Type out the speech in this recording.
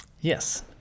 Yes